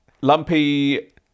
Lumpy